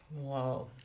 Wow